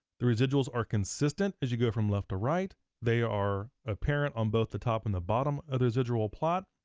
the residuals are consistent as you go from left to right, they are apparent on both the top and the bottom of the residual plot,